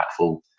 impactful